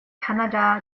kanada